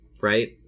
Right